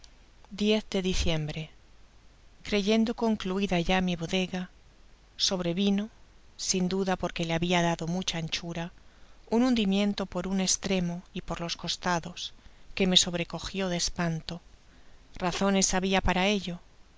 do diciembre creyendo concluida ya mi bodega sobrevino sin duda porque le habia dado mucha anchura un hundimiento por un estremo y por los costados que me sobrecogió de espanto razones habia para ello